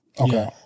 okay